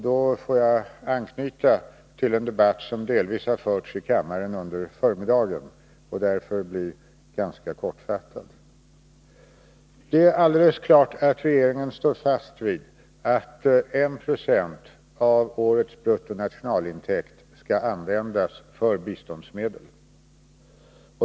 Då får jag delvis anknyta till en debatt som har förts i kammaren under förmiddagen och därför kan jag bli ganska kortfattad. Det är alldeles klart att regeringen står fast vid att 190 av årets bruttonationalintäkt skall användas för biståndsmedel.